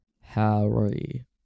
Harry